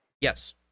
Yes